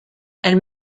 elle